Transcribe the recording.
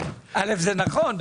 זה נכון,